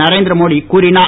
நரேந்திர மோடி கூறினார்